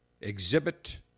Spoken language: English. Exhibit